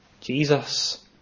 Jesus